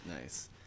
Nice